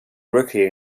rookie